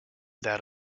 that